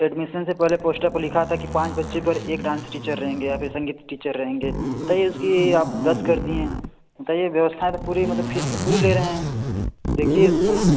admission से पहले poster पर लिखा था कि पाँच बच्चे पर एक डांस टीचर रहेंगे या फिर संगीत टीचर रहेंगे बताइए उसकी आप दस कर दिए बताइए व्यवस्था तो पूरी मतलब फीस तो पूरी ले रहे हैं देखिए उसको